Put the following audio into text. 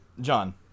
John